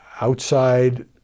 outside